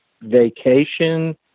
vacation